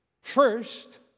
First